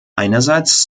einerseits